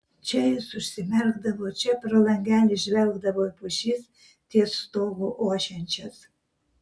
čia jis užsimerkdavo čia pro langelį žvelgdavo į pušis ties stogu ošiančias